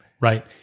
right